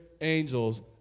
angels